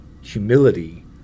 humility